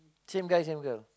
same guy same girl